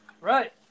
Right